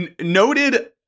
noted